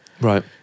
Right